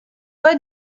pas